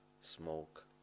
smoke